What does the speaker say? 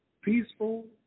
peaceful